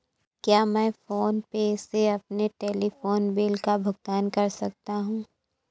क्या मैं फोन पे से अपने टेलीफोन बिल का भुगतान कर सकता हूँ?